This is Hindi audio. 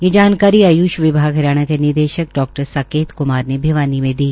यह जानकारी आय्ष विभाग हरियाणा के निदेशक डॉ साकेत क्मार ने भिवानी में दी